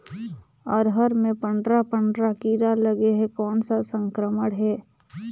अरहर मे पंडरा पंडरा कीरा लगे हे कौन सा संक्रमण हे?